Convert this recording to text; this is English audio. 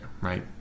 right